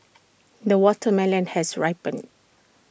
the watermelon has ripened